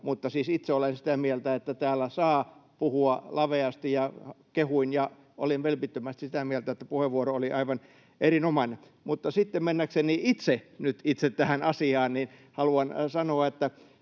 itse olen siis sitä mieltä, että täällä saa puhua laveasti, ja kehuin ja olin vilpittömästi sitä mieltä, että puheenvuoro oli aivan erinomainen. Mutta mennäkseni nyt itse tähän asiaan haluan sanoa,